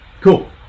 Cool